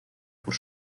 por